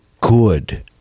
good